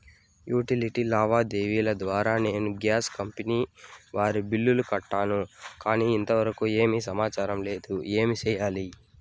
Utility లావాదేవీల ద్వారా నేను గ్యాస్ కంపెని వారి బిల్లు కట్టాను కానీ ఇంతవరకు ఏమి సమాచారం లేదు, ఏమి సెయ్యాలి?